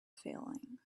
failing